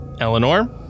Eleanor